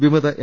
വിമത എം